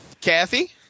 Kathy